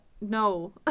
no